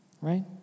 right